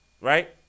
right